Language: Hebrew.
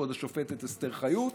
כבוד השופטת אסתר חיות,